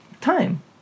time